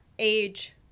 age